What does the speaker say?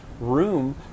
room